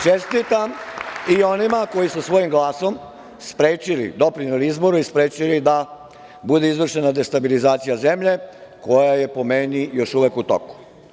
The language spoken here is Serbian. Čestitam i onima koji su svojim glasom doprineli izboru i sprečili da bude izvršena destabilizacija zemlje, koja je po meni još uvek u toku.